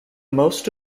most